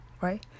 right